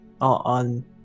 on